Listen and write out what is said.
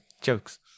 jokes